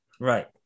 Right